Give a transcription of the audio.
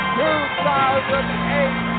2008